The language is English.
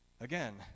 Again